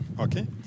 Okay